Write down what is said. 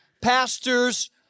pastors